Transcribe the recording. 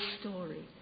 story